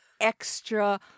extra